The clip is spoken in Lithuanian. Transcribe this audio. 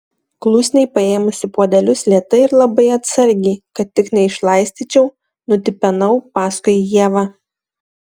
klusniai paėmusi puodelius lėtai ir labai atsargiai kad tik neišlaistyčiau nutipenau paskui ievą